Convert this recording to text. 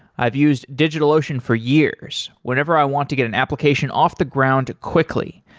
i've used digitalocean for years, whenever i want to get an application off the ground quickly.